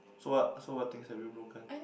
so what so what things have you broken